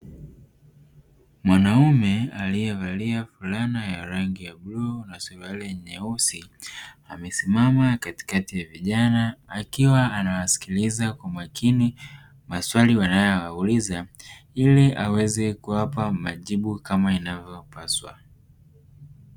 Mwanaume aliyevalia fulana ya rangi ya bluu na suruali nyeusi akisimama katikati ya vijana akiwa anawasikiliza kwa makini maswali wanayoyauliza ili aweze kuwapa majibu kama inavyopaswa.